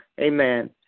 Amen